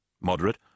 Moderate